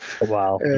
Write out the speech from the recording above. wow